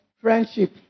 friendship